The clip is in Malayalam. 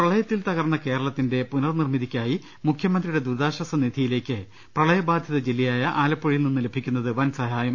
പ്രളയത്തിൽ തകർന്ന കേരളത്തിന്റെ പുനർ നിർമ്മിതിക്കായി മുഖ്യമന്ത്രിയുടെ ദുരിതാശ്ചാസ നിധിയിലേക്ക് പ്രളയ ബാധിത ജില്ലയായ ആലപ്പുഴ യിൽ നിന്ന് ലഭിക്കുന്നത് വലിയ തോതിലുള്ള സഹായം